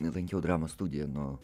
lankiau dramos studijų nuo